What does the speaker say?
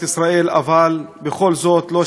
בכל זאת לא שמעתם את השם שלו.